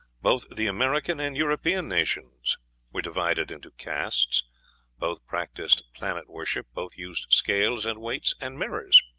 both the american and european nations were divided into castes both practised planet-worship both used scales and weights and mirrors.